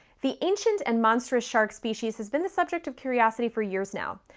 the ancient and monstrous shark species has been the subject of curiosity for years now,